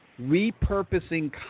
repurposing